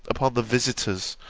upon the visiters,